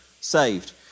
saved